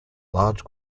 large